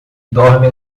dorme